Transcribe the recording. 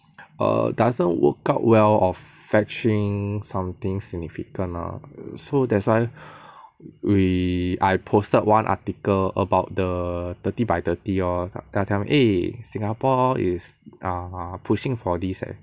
err doesn't work out well of fetching something significant so that's why we I posted one article about the thirty by thirty lor then I tell them eh singapore is err pushing for this leh